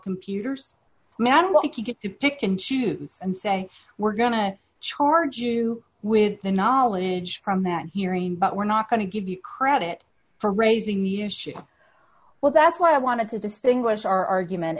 computers man like you get to pick and choose and say we're going to charge you with the knowledge from that hearing but we're not going to give you credit for raising the issue well that's what i wanted to distinguish our argument